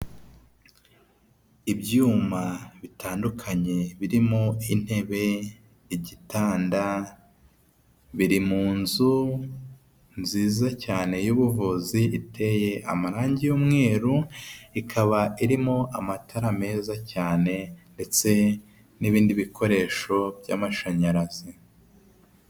Ibyuma bitandukanye birimo intebe, igitanda. Biri mu nzu nziza cyane y'ubuvuzi iteye amarangi y'umweru, ikaba irimo amatara meza cyane ndetse n'ibindi bikoresho by'amashanyarazi.